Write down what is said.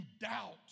doubt